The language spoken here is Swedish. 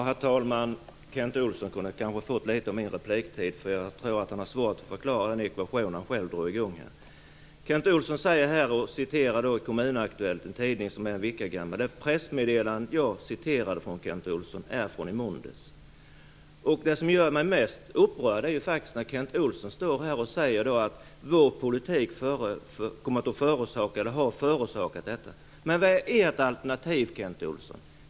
Herr talman! Kent Olsson kunde kanske ha fått litet av min repliktid, för jag tror att han har svårt att förklara sin egen ekvation. Kent Olsson citerar ur Kommun Aktuellt, en tidning som är en vecka gammal. Det pressmeddelande som jag citerade från är från i måndags. Det som gör mig mest upprörd är när Kent Olsson står här och säger att vår politik kommer att förorsaka, och har förorsakat, detta. Men vad är ert alternativ, Kent Olsson?